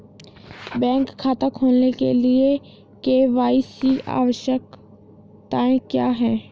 Bank खाता खोलने के लिए के.वाई.सी आवश्यकताएं क्या हैं?